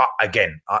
Again